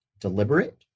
deliberate